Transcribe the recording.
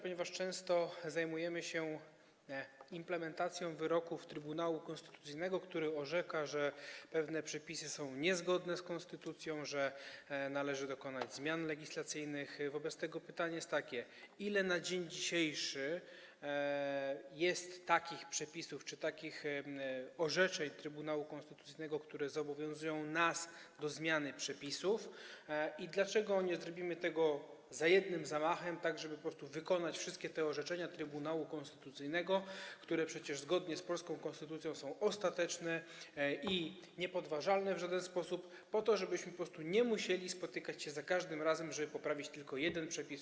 Ponieważ często zajmujemy się implementacją wyroków Trybunału Konstytucyjnego, który orzeka, że pewne przepisy są niezgodne z konstytucją, że należy dokonać zmian legislacyjnych, pytanie jest takie: Ile na dzień dzisiejszy jest takich orzeczeń Trybunału Konstytucyjnego, które zobowiązują nas do zmiany przepisów, i dlaczego nie zrobimy tego za jednym zamachem, tak żeby po prostu wykonać wszystkie te orzeczenia Trybunału Konstytucyjnego, które przecież zgodnie z polską konstytucją są ostateczne i niepodważalne w żaden sposób, po to, byśmy po prostu nie musieli się spotykać za każdym razem, żeby poprawić tylko jeden przepis?